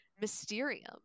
Mysterium